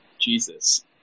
Jesus